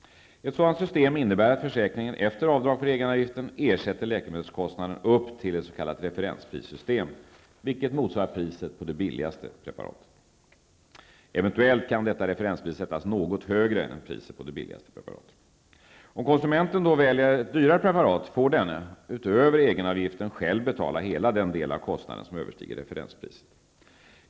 Ett sådant system innebär att försäkringen efter avdrag för egenavgiften ersätter läkemedelskostnaden upp till ett s.k. referenspris, vilket motsvarar priset på det billigaste preparatet. Eventuellt kan detta referenspris sättas något högre än priset på det billigaste preparatet. Om konsumenten väljer ett dyrare preparat får denne -- utöver egenavgiften -- själv betala hela den del av kostnaden som överstiger referenspriset.